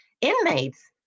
inmates